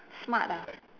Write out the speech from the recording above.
smart ah